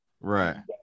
Right